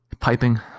Piping